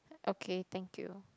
okay thank you